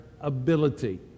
ability